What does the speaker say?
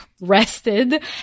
rested